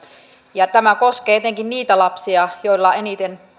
ja tämä koskee etenkin niitä lapsia joilla eniten